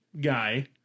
guy